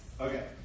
Okay